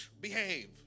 Behave